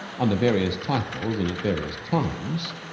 under various titles and at various times,